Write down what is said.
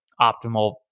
optimal